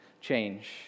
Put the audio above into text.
Change